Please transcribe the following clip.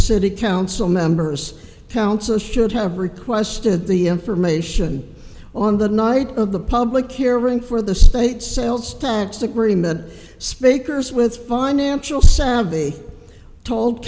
city council members councils should have requested the information on the night of the public hearing for the state sales tax agreement speakers with financial savvy told